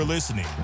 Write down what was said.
Listening